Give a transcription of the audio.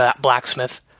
blacksmith